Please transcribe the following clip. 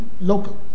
local